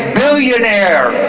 billionaire